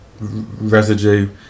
residue